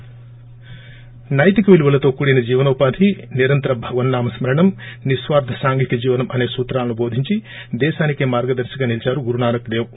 break నైతిక విలువలతో కూడిన జీవనోపాధి నిరంతర భగవన్నామ స్మరణం నిస్వార్ల సాంఘిక జీవనం అసే సూత్రాలను బోధించి దేశానికే మార్గదర్శిగా నిలీచారు గురునానక్ దేవ్